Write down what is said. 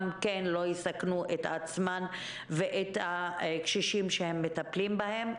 כן לא יסכנו את עצמן ואת הקשישים שהן מטפלות בהם.